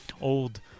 Old